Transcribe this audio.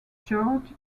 george